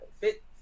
Fit